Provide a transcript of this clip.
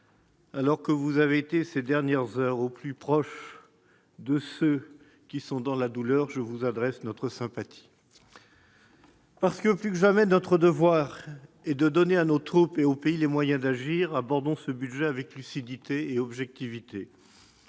alors que vous avez été ces dernières heures au plus proche de ceux qui sont dans la douleur, je vous adresse toute notre sympathie. Parce que plus que jamais, notre devoir est de donner à nos troupes et au pays les moyens d'agir, abordons ce budget avec lucidité et objectivité.